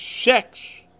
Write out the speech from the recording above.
Sex